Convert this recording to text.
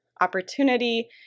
opportunity